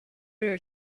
her